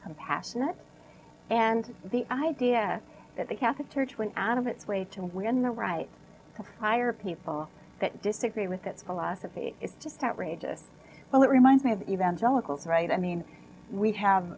compassionate and the idea that the catholic church went out of its way to win the right to fire people that disagree with that philosophy it's just outrageous well it reminds me of evangelicals right i mean we have